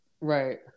Right